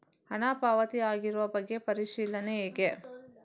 ಹಣ ಪಾವತಿ ಆಗಿರುವ ಬಗ್ಗೆ ಪರಿಶೀಲನೆ ಹೇಗೆ?